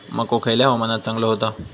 मको खयल्या हवामानात चांगलो होता?